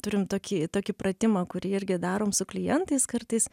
turim tokį tokį pratimą kurį irgi darom su klientais kartais